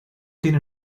tiene